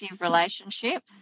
relationship